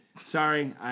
Sorry